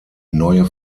neue